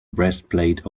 breastplate